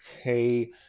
okay